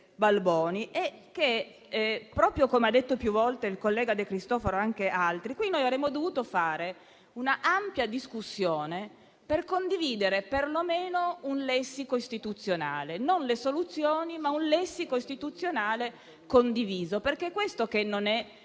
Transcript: Balboni, è che - proprio come hanno detto più volte il collega De Cristofaro ed altri - qui avremmo dovuto fare una ampia discussione per condividere perlomeno un lessico istituzionale; non le soluzioni, ma un lessico istituzionale condiviso, perché è questo che non è condiviso.